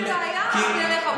אם אין בעיה, אז נלך הביתה.